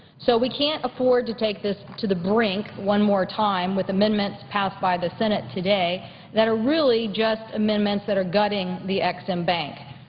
so we can't afford to take this to the brink one more time with amendments passed by the senate today that are really just amendments that are gutting the export-import and bank.